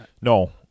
no